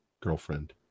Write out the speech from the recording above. girlfriend